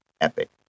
epic